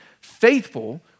faithful